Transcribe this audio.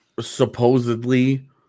supposedly